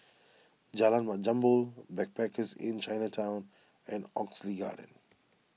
Jalan Mat Jambol Backpackers Inn Chinatown and Oxley Garden